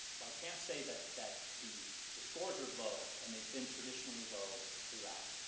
like can't say that that the the scores are low and they've been traditionally low throughout.